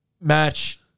Match